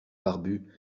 barbu